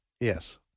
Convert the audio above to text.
Yes